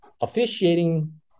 officiating